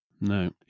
No